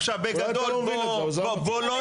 אבל זה